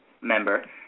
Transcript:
member